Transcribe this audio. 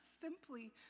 simply